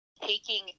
taking